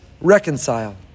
reconcile